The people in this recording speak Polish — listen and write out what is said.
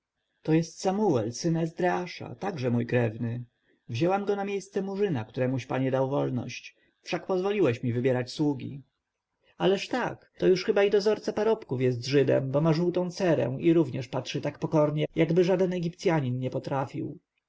to jest samuel syn ezdreasza także mój krewny wzięłam go na miejsce murzyna któremuś panie dał wolność wszak pozwoliłeś mi wybierać sługi ależ tak to już chyba i dozorca parobków jest żydem bo ma żółtą cerę i również patrzy tak pokornie jakby żaden egipcjanin nie potrafił